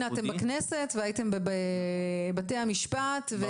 הנה אתם בכנסת והייתם בבתי המשפט ויש פסיקה על פסיקה.